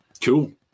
Cool